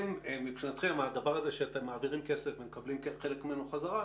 מבחינתכם הדבר הזה שאתם מעבירים כסף ומקבלים חלק ממנו חזרה,